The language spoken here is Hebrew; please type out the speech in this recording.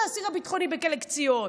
לאסירים הביטחוניים בכלא קציעות,